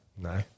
no